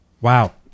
Wow